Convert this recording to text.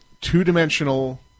two-dimensional